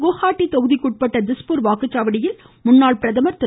குவ்ஹாட்டி தொகுதிக்குட்பட்ட திஸ்பூர் வாக்குச்சாவடியில் முன்னாள் பிரதமர் திரு